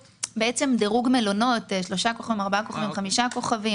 דירוג מלונות, 3 כוכבים, 4 כוכבים, 5 כוכבים.